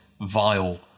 vile